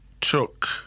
took